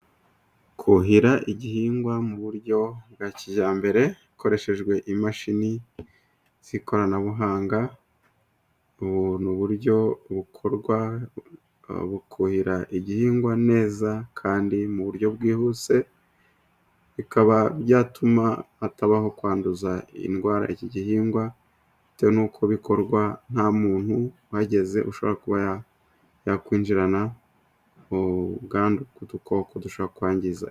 Kuhira igihingwa mu buryo bwa kijyambere, hakoreshejwe imashini z'ikoranabuhanga, n'uburyo bukorwa bukuhira igihingwa neza kandi mu buryo bwihuse, bikaba byatuma hatabaho kwanduza indwara iki gihingwa, bitewe nuko bikorwa nta muntu uhageze ushobora kuba yakwinjirana ubwandu bw'udukoko dushobora kwangiza .